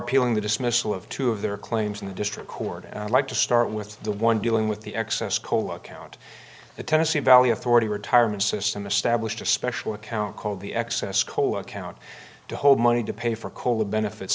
appealing the dismissal of two of their claims in the district court and like to start with the one dealing with the excess coal account the tennessee valley authority retirement system established a special account called the excess cola account to hold money to pay for cola benefits